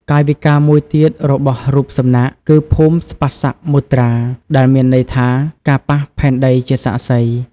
កាយវិការមួយទៀតរបស់រូបសំណាកគឺ ភូមិស្បសមុទ្រា ដែលមានន័យថា ការប៉ះផែនដីជាសាក្សី។